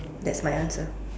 that's my answer